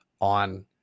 on